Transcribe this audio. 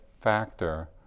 factor